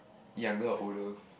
younger or older